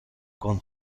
con